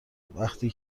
وقتی